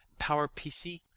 PowerPC